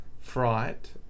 Fright